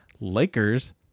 Lakers